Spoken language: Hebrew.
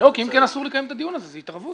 כי אם כן, אסור לקיים את הדיון הזה, זו התערבות.